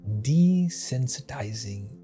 Desensitizing